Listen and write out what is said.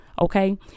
Okay